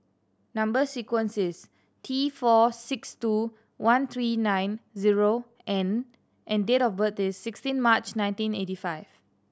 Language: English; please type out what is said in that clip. number sequence is T four six two one three nine zero N and date of birth is sixteen March nineteen eighty five